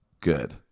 good